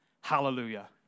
Hallelujah